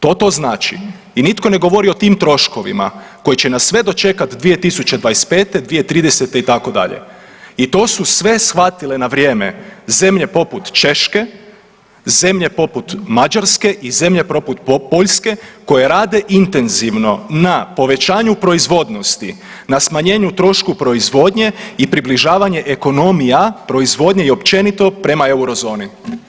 To to znači i nitko ne govori o tim troškovima koji će nas sve dočekat 2025., 2030. itd. i to su sve shvatile na vrijeme zemlje poput Češke, zemlje poput Mađarske i zemlje poput Poljske koje rade intenzivno na povećanju proizvodnosti, na smanjenju trošku proizvodnje i približavanje ekonomija proizvodnje i općenito prema eurozoni.